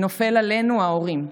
נופל עלינו, ההורים.